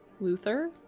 Luther